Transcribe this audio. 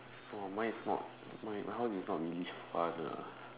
oh mine is not my house is not really fun uh